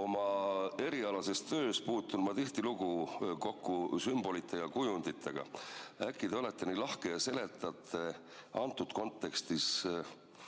Oma erialases töös puutun ma tihtilugu kokku sümbolite ja kujunditega. Äkki te olete nii lahke ja seletate antud kontekstis